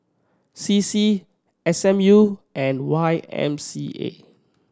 C C S M U and Y M C A